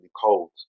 cold